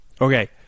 Okay